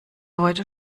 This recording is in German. heute